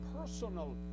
personal